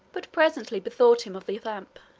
but presently bethought him of the lamp.